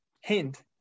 Hint